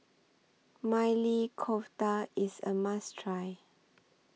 Maili Kofta IS A must Try